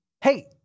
hey